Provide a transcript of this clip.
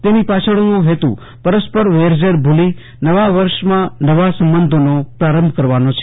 તેની પાછળનો હેતુ પરસ્પર વેરઝેર ભુલી નવા વર્ષમાં નવા સંબંધોનો પ્રારંભ કરવાનો છે